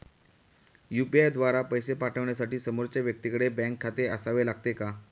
UPI द्वारा पैसे पाठवण्यासाठी समोरच्या व्यक्तीकडे बँक खाते असावे लागते का?